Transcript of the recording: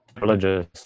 religious